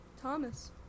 Thomas